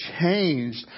changed